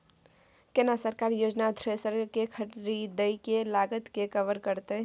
केना सरकारी योजना थ्रेसर के खरीदय के लागत के कवर करतय?